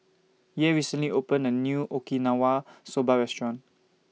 Yair recently opened A New Okinawa Soba Restaurant